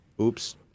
Oops